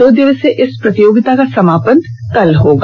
दो दिवसीय इस प्रतियोगिता का समापन कल होगा